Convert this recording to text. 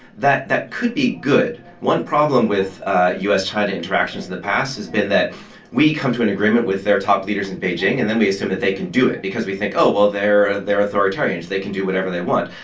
that that could be good one problem with ah u s china interactions in the past has been that we come to an agreement with their top leaders in beijing. and then we assume that they can do it because we think oh, well, they're they're authoritarians. they can do whatever they want.